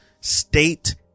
state